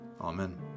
Amen